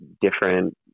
different